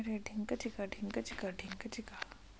मोर ऋण के करे के आखिरी तारीक का हरे?